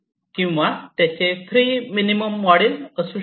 किंवा त्याचे free minimum model असू शकते